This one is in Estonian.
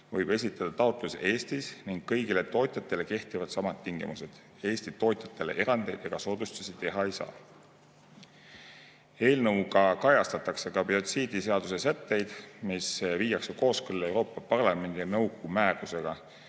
võib esitada Eestis taotluse ning kõigile tootjatele kehtivad samad tingimused. Eesti tootjatele erandeid ega soodustusi teha ei saa. Eelnõuga kaasajastatakse ka biotsiidiseaduse sätteid, mis viiakse kooskõlla Euroopa Parlamendi ja nõukogu määrusega